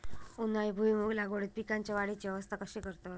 उन्हाळी भुईमूग लागवडीत पीकांच्या वाढीची अवस्था कशी करतत?